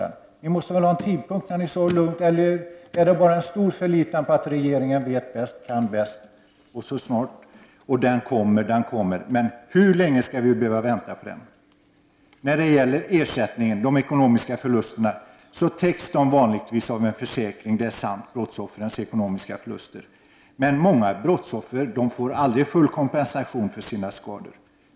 Ni måste ha fastställt en tidpunkt, när ni kan ta det så lugnt, eller är det bara en stor förlitan på att regeringen vet bäst, kan bäst och att den kommer, den kommer? Men hur länge skall vi behöva vänta på utredningen? Brottsoffrens ekonomiska förluster täcks vanligtvis av en försäkring. Men många brottsoffer får aldrig full kompensation för sina skador.